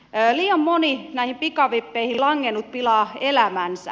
liian moni näihin pikavippeihin langennut pilaa elämänsä